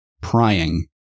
prying